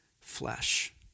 flesh